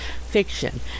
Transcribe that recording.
fiction